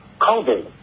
COVID